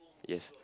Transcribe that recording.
yes